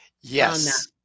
Yes